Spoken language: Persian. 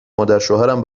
مادرشوهرم